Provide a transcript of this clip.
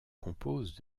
compose